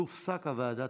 תופסק הוועדה.